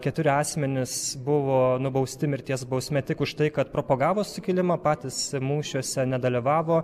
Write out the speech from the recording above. keturi asmenys buvo nubausti mirties bausme tik už tai kad propagavo sukilimą patys mūšiuose nedalyvavo